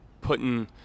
putting